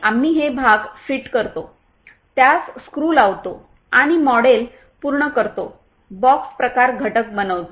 आम्ही हे भाग फिट करतो त्यास स्क्रू लावतो आणि मॉडेल पूर्ण करतो बॉक्स प्रकार घटक बनवतो